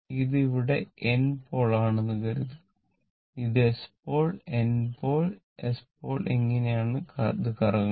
ഇത് ഇവിടെ N pole ആണെന്ന് കരുതുക ഇത് S pole N pole S pole എന്നിങ്ങനെയാണ് ഇത് കറങ്ങുന്നത്